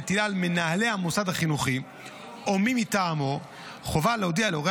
המטילה על מנהל המוסד החינוכי או מי מטעמו חובה להודיע להורי